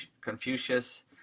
Confucius